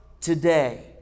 today